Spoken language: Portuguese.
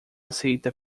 aceita